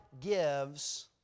gives